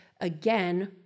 again